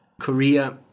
Korea